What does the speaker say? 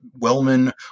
Wellman